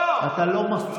לא, לא.